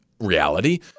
reality –